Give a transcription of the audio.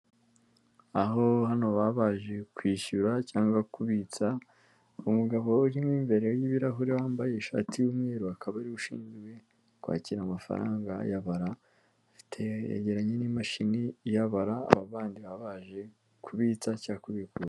Aho hano baba baje kwishyura cyangwa kubitsa, umugabo urimo imbere y'ibirahuri wambaye ishati y'umweru, akaba ariwe ushinzwe kwakira amafaranga ayabara yegeraranye n'imashini iyabara, aba bandi baba baje kubitsa cyangwa kubikuza.